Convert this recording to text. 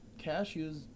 cashews